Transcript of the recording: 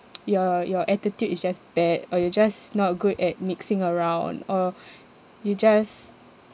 your your attitude is just bad or you're just not good at mixing around or you just